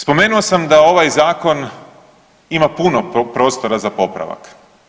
Spomenuo sam da ovaj Zakon ima puno prostora za popravak.